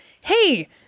Hey